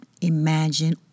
imagine